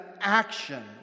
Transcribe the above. action